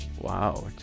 Wow